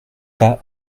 pas